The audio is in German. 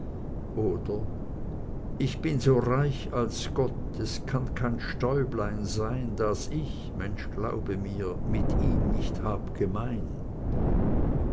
oder ich bin so reich als gott es kann kein stäublein sein das ich mensch glaube mir mit ihm nicht hab gemein